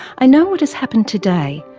i know what has happened today,